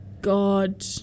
God